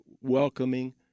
welcoming